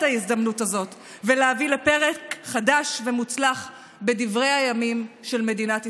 ההזדמנות הזאת ולהביא לפרק חדש ומוצלח בדברי הימים של מדינת ישראל.